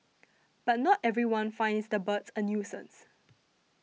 but not everyone finds the birds a nuisance